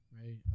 right